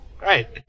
Right